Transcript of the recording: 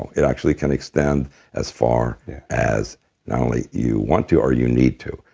and it actually can extend as far as not only you want to or you need to.